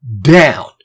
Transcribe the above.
down